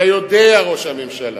אתה יודע, ראש הממשלה,